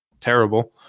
terrible